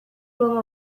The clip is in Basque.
bonba